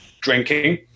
drinking